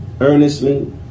Earnestly